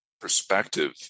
perspective